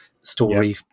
story